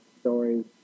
stories